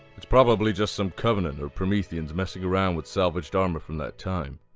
it's probably just some covenant or prometheans messing around with salvaged armour from that time,